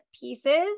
pieces